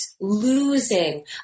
losing